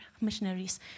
missionaries